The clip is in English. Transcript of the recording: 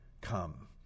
come